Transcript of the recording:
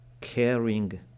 caring